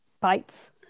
bites